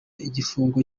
igifungo